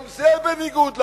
גם זה בניגוד ל-OECD.